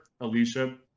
Alicia